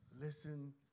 listen